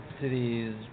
cities